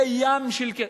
זה ים של כסף.